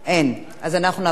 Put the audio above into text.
אז אנחנו נעבור לספירה.